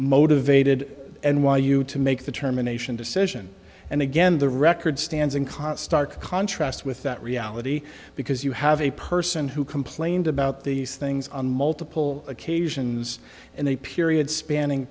motivated n y u to make the determination decision and again the record stands and caught stark contrast with that reality because you have a person who complained about these things on multiple occasions and a period spanning